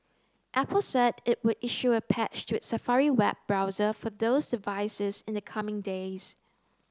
apple said it would issue a patch to its Safari web browser for those devices in the coming days